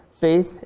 faith